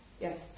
yes